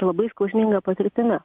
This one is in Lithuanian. labai skausminga patirtimi